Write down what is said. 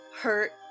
hurt